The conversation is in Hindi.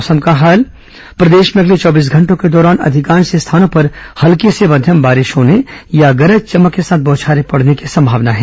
मौसम प्रदेश में अगले चौबीस घंटों के दौरान अधिकांश स्थानों पर हल्की से मध्यम बारिश होने या गरज चमक के साथ बौछारें पड़ने की संभावना है